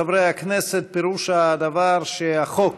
חברי הכנסת, פירוש הדבר הוא שהחוק